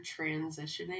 transitioning